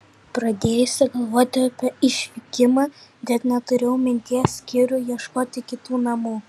pradėjusi galvoti apie išvykimą net neturėjau minties kirui ieškoti kitų namų